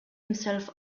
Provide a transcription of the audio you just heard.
himself